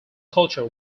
culture